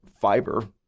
fiber